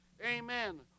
amen